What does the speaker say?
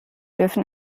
dürfen